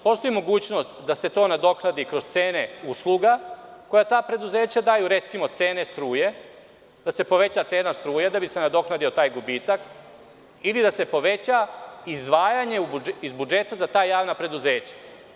Postoji mogućnost da se to nadoknadi kroz cene usluga koja ta preduzeća daju, recimo cene struje, da se poveća cena struje, da bi se nadoknadio taj gubitak, ili da se poveća izdvajanje iz budžeta za ta javna preduzeća.